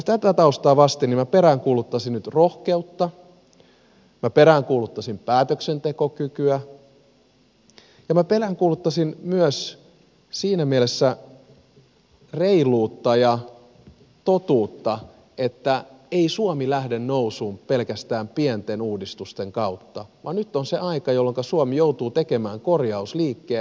tätä taustaa vasten minä peräänkuuluttaisin nyt rohkeutta minä peräänkuuluttaisin päätöksentekokykyä ja minä peräänkuuluttaisin myös siinä mielessä reiluutta ja totuutta että ei suomi lähde nousuun pelkästään pienten uudistusten kautta vaan nyt on se aika jolloinka suomi joutuu tekemään korjausliikkeen